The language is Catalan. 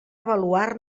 avaluar